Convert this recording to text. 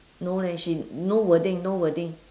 no leh she no wording no wording